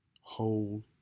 hold